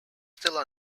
still